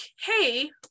hey